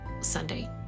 Sunday